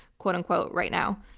quote, unquote, right now.